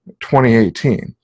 2018